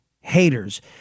haters